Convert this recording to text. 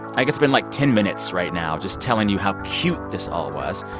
i could spend, like, ten minutes right now just telling you how cute this all was.